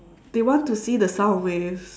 they want to see the sound waves